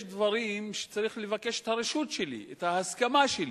יש דברים שצריך לבקש את הרשות שלי, את ההסכמה שלי.